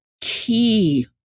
key